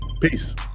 Peace